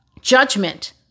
judgment